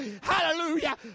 Hallelujah